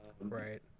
right